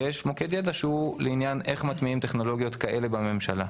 ויש מוקד ידע שהוא לעניין איך מטמיעים טכנולוגיות כאלה בממשלה.